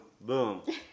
boom